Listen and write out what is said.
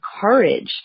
courage